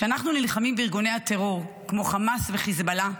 כשאנחנו נלחמים בארגוני טרור כמו חמאס וחיזבאללה,